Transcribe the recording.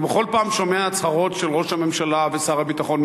אני בכל פעם שומע הצהרות של ראש הממשלה ושר הביטחון,